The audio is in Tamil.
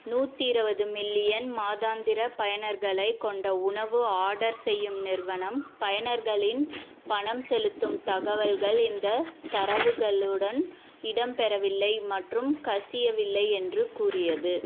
நூற்றி இருவது மில்லியன் மாதாந்திர பயனர்களைக் கொண்ட உணவு ஆர்டர் செய்யும் நிறுவனம் பயனர்களின் பணம் செலுத்தும் தகவல்கள் இந்தத் தரவுகளுடன் இடம் பெறவில்லை மற்றும் கசியவில்லை என்று கூறியது